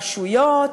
רשויות,